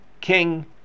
king